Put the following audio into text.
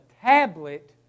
tablet